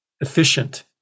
efficient